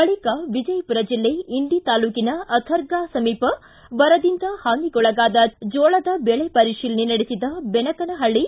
ಬಳಿಕ ವಿಜಯಪುರ ಜಿಲ್ಲೆ ಇಂಡಿ ತಾಲೂಕಿನ ಅರ್ಥರ್ಗಾ ಸಮೀಪ ಬರದಿಂದ ಹಾನಿಗೊಳಗಾದ ಜೋಳದ ದೆಳೆ ಪರಿಶೀಲನೆ ನಡೆಸಿದ ಬೆನಕನಹಳ್ಳಿ